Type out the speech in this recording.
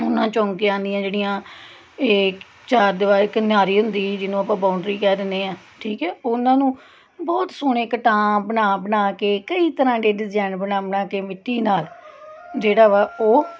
ਉਹਨਾਂ ਚੌਂਕਿਆਂ ਦੀਆਂ ਜਿਹੜੀਆਂ ਇਹ ਚਾਰ ਦੀਵਾਰੀ ਕਨਿਆਰੀ ਹੁੰਦੀ ਹੀ ਜਿਹਨੂੰ ਆਪਾਂ ਬਾਉਂਡਰੀ ਕਹਿ ਦਿੰਦੇ ਹਾਂ ਠੀਕ ਹੈ ਉਹਨਾਂ ਨੂੰ ਬਹੁਤ ਸੋਹਣੇ ਕਟਾਂ ਬਣਾ ਬਣਾ ਕੇ ਕਈ ਤਰ੍ਹਾਂ ਦੇ ਡਿਜੈਨ ਬਣਾ ਬਣਾ ਕੇ ਮਿੱਟੀ ਨਾਲ ਜਿਹੜਾ ਵਾ ਉਹ